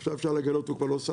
עכשיו אפשר לגלות הוא כבר לא שר,